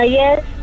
yes